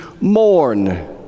mourn